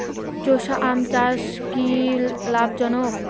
চোষা আম চাষ কি লাভজনক?